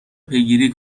پیگیری